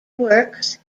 works